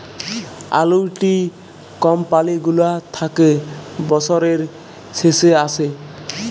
আলুইটি কমপালি গুলা থ্যাকে বসরের শেষে আসে